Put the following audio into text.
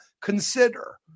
consider